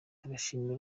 ndabashimira